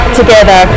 together